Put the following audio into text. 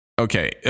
Okay